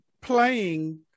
playing